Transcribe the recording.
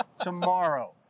tomorrow